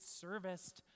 serviced